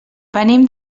venim